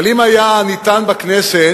אבל אם היה ניתן בכנסת